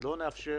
לא נאפשר,